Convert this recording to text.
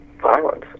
violence